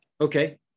okay